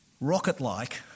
rocket-like